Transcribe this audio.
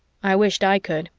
i wished i could.